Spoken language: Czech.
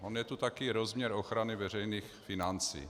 On je tu také rozměr ochrany veřejných financí.